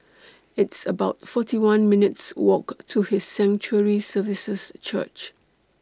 It's about forty one minutes' Walk to His Sanctuary Services Church